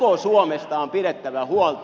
koko suomesta on pidettävä huolta